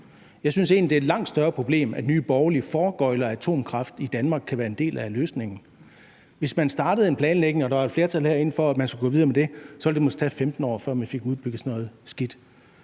Jeg synes egentlig, det er et langt større problem, at Nye Borgerlige foregøgler, at atomkraft i Danmark kan være en del af løsningen. Hvis man startede en planlægning og der herinde var et flertal for, at man skulle gå videre med det, så ville det måske tage 15 år, før man fik udbygget sådan noget skidt.